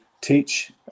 teach